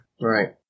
Right